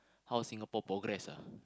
how Singapore progress ah